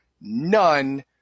None